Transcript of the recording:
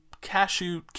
cashew